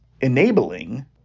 enabling